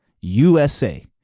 usa